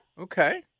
Okay